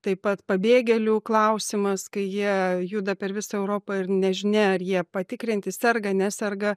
taip pat pabėgėlių klausimas kai jie juda per visą europą ir nežinia ar jie patikrinti serga neserga